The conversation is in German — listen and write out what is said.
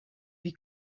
wie